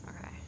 Okay